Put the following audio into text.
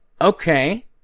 Okay